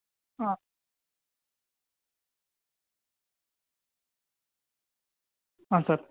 ಹಾಂ ಹಾಂ ಸರ್